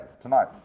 tonight